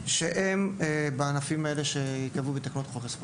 של הענפים שייקבעו בתקנות חוק הספורט.